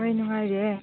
ꯍꯣꯏ ꯅꯨꯡꯉꯥꯏꯔꯤꯌꯦ